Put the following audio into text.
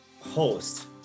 host